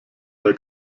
der